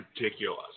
ridiculous